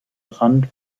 rand